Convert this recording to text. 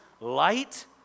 light